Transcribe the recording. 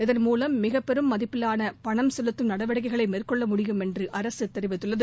இதன் மூலம் மிகப்பெரும் மதிப்பீலான பணம் செலுத்தும் நடவடிக்கைகளை மேற்கொள்ள முடியும் என்று அரசு தெரிவித்துள்ளது